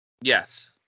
yes